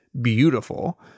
beautiful